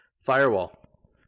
Firewall